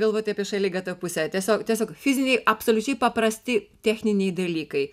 galvoti apie šaligatvio pusę tiesiog tiesiog fiziniai absoliučiai paprasti techniniai dalykai